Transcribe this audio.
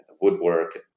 woodwork